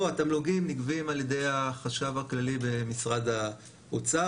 התמלוגים נגבים על ידי החשב הכללי במשרד האוצר.